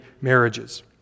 marriages